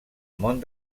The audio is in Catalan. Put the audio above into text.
món